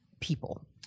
people